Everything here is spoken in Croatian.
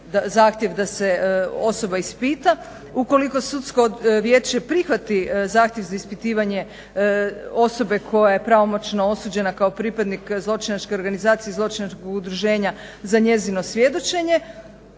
zahtjev da se osoba ispita, ukoliko Sudsko vijeće prihvati zahtjev za ispitivanje osobe koja je pravomoćno osuđena kao pripadnik zločinačke organizacije i zločinačkog udruženja za njezino svjedočenje,